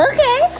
Okay